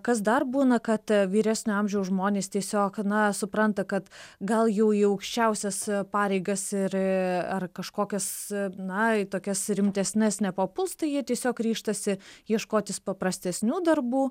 kas dar būna kad vyresnio amžiaus žmonės tiesiog na supranta kad gal jau į aukščiausias pareigas ir kažkokias na į tokias rimtesnes nepapuls tai jie tiesiog ryžtasi ieškotis paprastesnių darbų